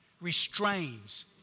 Restrains